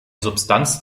substanz